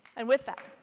and with that.